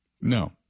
No